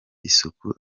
isuku